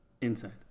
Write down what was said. Inside